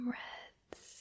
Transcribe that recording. reds